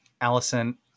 Allison